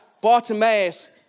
Bartimaeus